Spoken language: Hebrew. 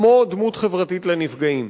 כמו דמות חברתית לנפגעים.